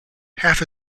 half